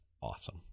awesome